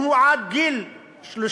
אם הוא עד גיל 30,